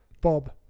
Bob